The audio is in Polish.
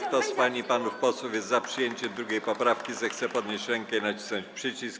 Kto z pań i panów posłów jest za przyjęciem 2. poprawki, zechce podnieść rękę i nacisnąć przycisk.